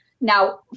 Now